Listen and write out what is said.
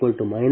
4169j0